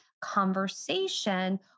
conversation